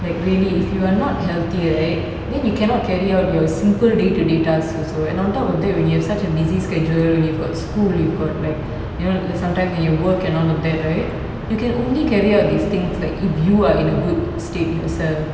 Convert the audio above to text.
like really if you are not healthy right then you cannot carry out your simple day to day tasks also and on top of that when you have such a busy schedule when you've got school you've got like you know sometimes when you work and all of that right you can only carry out these things like if you are in a good state yourself